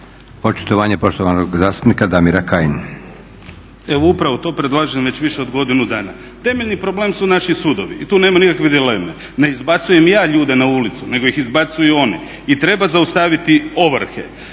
Očitovanje, poštovani zastupnik Ante Babić.